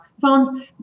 phones